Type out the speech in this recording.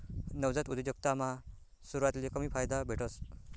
नवजात उद्योजकतामा सुरवातले कमी फायदा भेटस